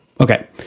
Okay